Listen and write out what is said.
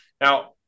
Now